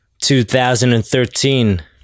2013